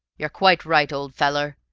you're quite right, ole feller.